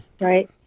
Right